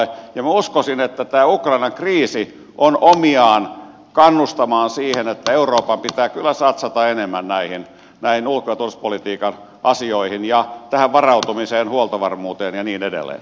minä uskoisin että tämä ukrainan kriisi on omiaan kannustamaan siihen että euroopan pitää kyllä satsata enemmän näihin ulko ja turvallisuuspolitiikan asioihin ja tähän varautumiseen huoltovarmuuteen ja niin edelleen